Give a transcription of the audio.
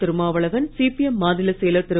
Thirumavalavan CPM மாநிலச் செயலர் திரு